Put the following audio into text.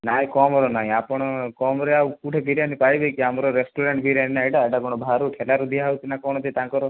ନାଇଁ କମରେ ନାହିଁ ଆପଣ କମରେ ଆଉ କେଉଁଠି ବିରିୟାନୀ ପାଇବେକି ଆମର ରେଷ୍ଟୁରାଣ୍ଟ ବିରିୟାନୀ ନା ଏଇଟା ଏଟା କଣ ବାହାରୁ ଠେଲାରୁ ଦିଆ ହେଉଛି ନା କଣ ସେ ତାଙ୍କର